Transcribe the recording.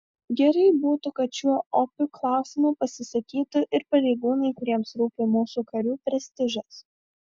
gerai būtų kad šiuo opiu klausimu pasisakytų ir pareigūnai kuriems rūpi mūsų karių prestižas